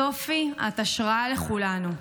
סופי, את השראה לכולנו.